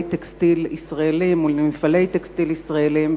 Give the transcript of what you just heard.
טקסטיל ישראלים או למפעלי טקסטיל ישראליים,